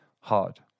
hard